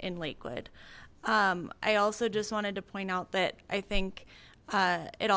in lakewood i also just wanted to point out that i think